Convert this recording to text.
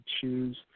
choose